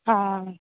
हा